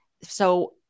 so-